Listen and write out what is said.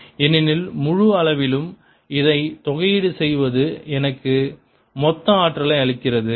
ABdr B220 ஏனெனில் முழு அளவிலும் இதை தொகையீடு செய்வது எனக்கு மொத்த ஆற்றலை அளிக்கிறது